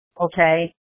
okay